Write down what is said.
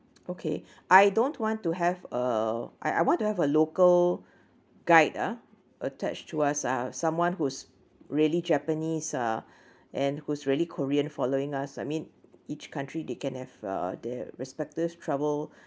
okay I don't want to have uh I I want to have a local guide ah attached to us uh someone who's really japanese uh and who's really korean following us I mean each country they can have uh their respective travel